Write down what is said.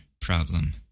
problem